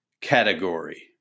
category